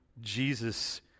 Jesus